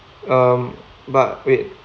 um but wait